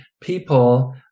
people